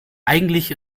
eigentlich